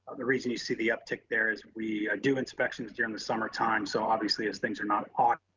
the reason you see the uptick there is we do inspections during the summertime. so obviously as things are not caught